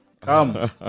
Come